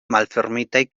malfermitaj